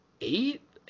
eight